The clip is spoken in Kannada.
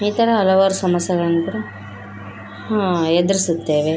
ಈ ಥರ ಹಲವಾರು ಸಮಸ್ಯೆಗಳಂತು ಎದುರಿಸುತ್ತೇವೆ